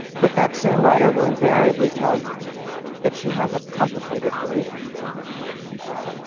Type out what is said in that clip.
but that same writer will invariably tell you that she has a complicated relationship with feedback.